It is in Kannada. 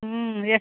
ಹ್ಞೂ ಎಷ್ಟ್